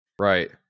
Right